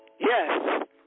yes